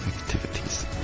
activities